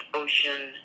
ocean